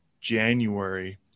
January